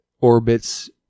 orbits